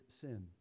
sin